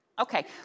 Okay